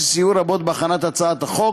שסייעו רבות בהכנת הצעת החוק,